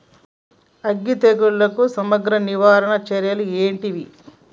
అగ్గి తెగులుకు సమగ్ర నివారణ చర్యలు ఏంటివి?